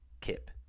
Kip